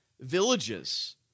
villages